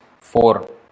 four